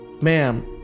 Ma'am